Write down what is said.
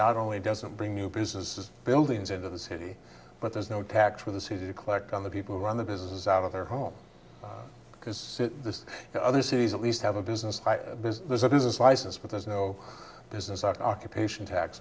not only doesn't bring new businesses buildings into the city but there's no tax for the city to collect on the people who run the businesses out of their homes because this other cities at least have a business business a business license but there's no business occupation tax